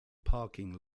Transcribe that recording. parking